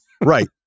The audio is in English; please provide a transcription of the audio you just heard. right